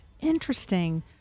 Interesting